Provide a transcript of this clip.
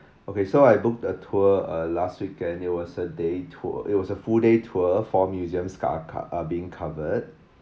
okay so I booked a tour uh last weekend it was a day tour it was a full day tour four museums co~ co~ are being covered